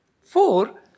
four